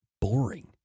boring